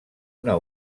una